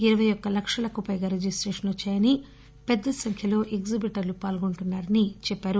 ఇరవయ్యొక్క లక్షలకు పైగా రిజిస్టేషన్లు వచ్చాయని పెద్ద సంఖ్యలో ఎగ్జిబిటర్లు పాల్గొంటున్నారని ఆమె చెప్పారు